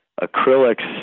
Acrylics